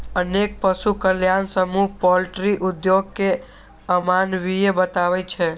अनेक पशु कल्याण समूह पॉल्ट्री उद्योग कें अमानवीय बताबै छै